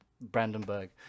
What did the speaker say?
Brandenburg